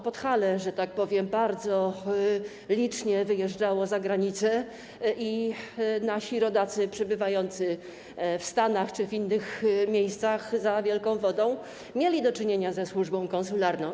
Podhale, że tak powiem, bardzo licznie wyjeżdżało za granicę i nasi rodacy przebywający w Stanach czy w innych miejscach za Wielką Wodą mieli do czynienia ze służbą konsularną.